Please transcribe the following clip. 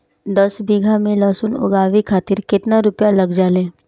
दस बीघा में लहसुन उगावे खातिर केतना रुपया लग जाले?